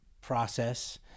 process